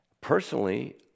Personally